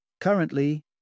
Currently